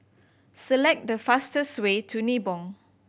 select the fastest way to Nibong